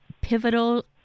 pivotal